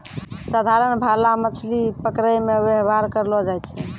साधारण भाला मछली पकड़ै मे वेवहार करलो जाय छै